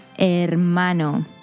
Hermano